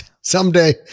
Someday